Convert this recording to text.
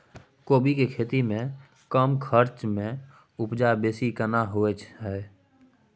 कोबी के खेती में कम खर्च में उपजा बेसी केना होय है?